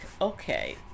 okay